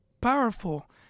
powerful